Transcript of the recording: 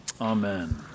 Amen